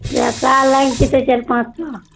पइसा लागि जएतै चारि पाँच सओ